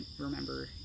remember